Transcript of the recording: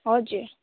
हजुर